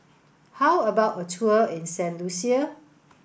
how about a tour in Saint Lucia